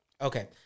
Okay